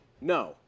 No